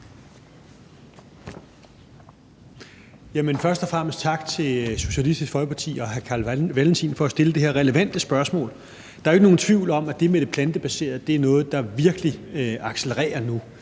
Først og fremmest tak til Socialistisk Folkeparti og hr. Carl Valentin for at stille det her relevante spørgsmål. Der er jo ikke nogen tvivl om, at det med det plantebaserede er noget, der virkelig accelererer nu.